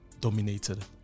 dominated